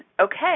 Okay